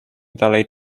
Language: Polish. dalej